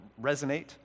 resonate